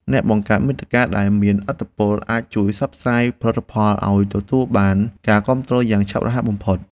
អ្នកបង្កើតមាតិកាដែលមានឥទ្ធិពលអាចជួយផ្សព្វផ្សាយផលិតផលឱ្យទទួលបានការគាំទ្រយ៉ាងឆាប់រហ័សបំផុត។